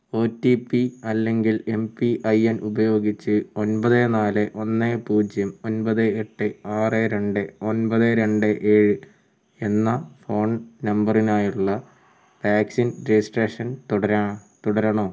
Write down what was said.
O T P അല്ലെങ്കിൽ M P I N ഉപയോഗിച്ച് ഒൻപത് നാല് ഒന്ന് പൂജ്യം ഒൻപത് എട്ട് ആറ് രണ്ട് ഒൻപത് രണ്ട് ഏഴ് എന്ന ഫോൺ നമ്പറിനായുള്ള വാക്സിൻ രജിസ്ട്രേഷൻ തുടരാ തുടരണോ